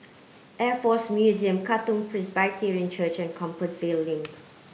Air Force Museum Katong Presbyterian Church Compassvale Link